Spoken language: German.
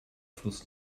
fluss